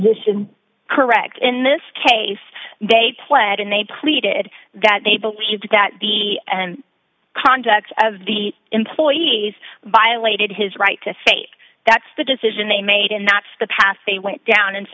is correct in this case they pled and they pleaded that they believed that the and conduct of the employees violated his right to say that's the decision they made and not the past they went down and